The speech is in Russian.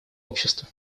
общества